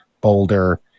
Boulder